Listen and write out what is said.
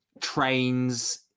Trains